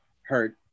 hurt